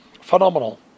Phenomenal